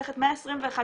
למה לא יכול להיות?